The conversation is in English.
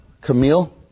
Camille